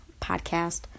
podcast